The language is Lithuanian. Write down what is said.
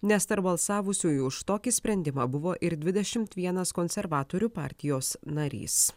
nes tarp balsavusiųjų už tokį sprendimą buvo ir dvidešimt vienas konservatorių partijos narys